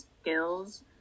skills